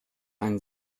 ein